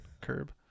Curb